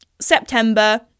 september